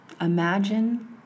Imagine